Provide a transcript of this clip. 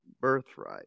birthright